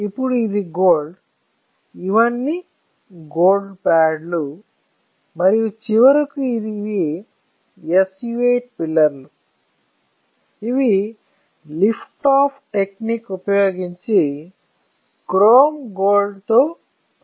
అప్పుడు ఇది గోల్డ్ ఇవన్నీ గోల్డ్ ప్యాడ్లు మరియు చివరకు ఇవి SU 8 పిల్లర్ లు ఇవి లిఫ్టాఫ్ టెక్నిక్ ఉపయోగించి క్రోమ్ గోల్డ్ తో పూత పూయబడతాయి